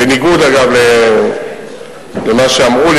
בניגוד אגב למה שאמרו לי,